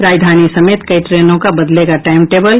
राजधानी समेत कई ट्रेनों का बदलेगा टाईम टेबल